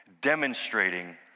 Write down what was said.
demonstrating